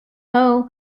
hoe